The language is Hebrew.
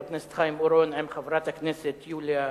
חבר הכנסת חיים אורון עם חברת הכנסת יוליה,